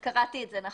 קראתי את זה נכון.